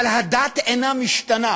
אבל הדת אינה משתנה,